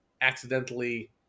accidentally